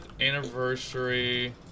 anniversary